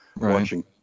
watching